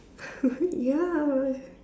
ya